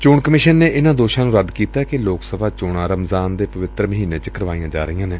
ਚੋਣ ਕਮਿਸ਼ਨ ਨੇ ਇਨੂਾਂ ਦੋਸ਼ਾਂ ਨੂੰ ਰੱਦ ਕੀਤੈ ਕਿ ਲੋਕ ਸਭਾ ਚੋਣਾਂ ਰਮਜ਼ਾਨ ਦੇ ਪਵਿੱਤਰ ਮਹੀਨੇ ਚ ਕਰਵਾਈਆ ਜਾ ਰਹੀਆ ਨੇ